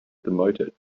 demoted